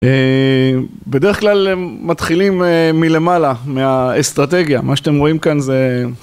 בדרך כלל הם מתחילים מלמעלה, מהאסטרטגיה, מה שאתם רואים כאן זה...